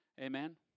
Amen